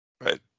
Right